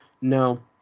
No